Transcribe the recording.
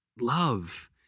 love